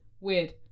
Weird